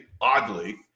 oddly